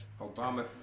Obama